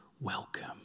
welcome